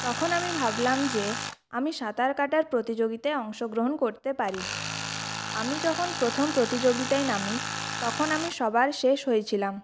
তখন আমি ভাবলাম যে আমি সাঁতার কাটার প্রতিযোগিতায় অংশগ্রহণ করতে পারি আমি যখন প্রথম প্রতিযোগিতায় নামি তখন আমি সবার শেষ হয়েছিলাম